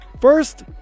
first